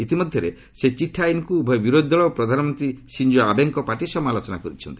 ଇତିମଧ୍ୟରେ ସେହି ଚିଠା ଆଇନକୁ ଉଭୟ ବିରୋଧ୍ୟ ଦଳ ଓ ପ୍ରଧାନମନ୍ତ୍ରୀ ସିଞ୍ଜୋ ଆବେଙ୍କ ପାର୍ଟି ସମାଲୋଚନା କରିଛନ୍ତି